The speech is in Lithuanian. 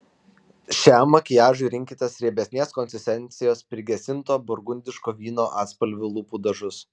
šiam makiažui rinkitės riebesnės konsistencijos prigesinto burgundiško vyno atspalvio lūpų dažus